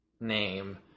name